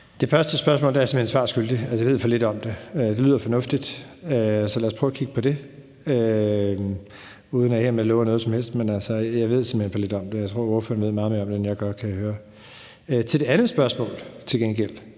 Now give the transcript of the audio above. det første spørgsmål er jeg simpelt hen svar skyldig. Altså, jeg ved for lidt om det. Det lyder fornuftigt, så lad os prøve at kigge på det, uden at jeg hermed lover noget som helst. Men altså, jeg ved simpelt hen for lidt om det. Jeg tror, ordføreren ved meget mere om det, end jeg gør, kan jeg høre. Til det andet spørgsmål kan jeg